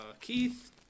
Keith